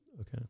okay